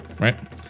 right